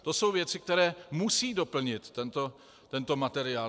To jsou věci, které musí doplnit tento materiál.